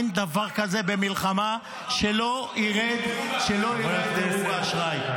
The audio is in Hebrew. אין דבר כזה במלחמה שלא ירד דירוג האשראי.